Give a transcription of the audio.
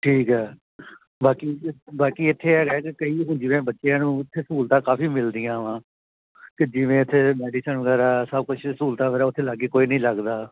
ਠੀਕ ਹੈ ਬਾਕੀ ਬਾਕੀ ਇੱਥੇ ਹੈਗਾ ਅਤੇ ਕਈ ਹੁਣ ਜਿਵੇਂ ਬੱਚਿਆਂ ਨੂੰ ਉੱਥੇ ਸਹੂਲਤਾਂ ਕਾਫੀ ਮਿਲਦੀਆਂ ਵਾ ਕਿ ਜਿਵੇਂ ਇੱਥੇ ਮੈਡੀਸਨ ਵਗੈਰਾ ਸਭ ਕੁਛ ਸਹੂਲਤਾਂ ਵਗੈਰਾ ਉੱਥੇ ਲਾਗੇ ਕੋਈ ਨਹੀਂ ਲੱਗਦਾ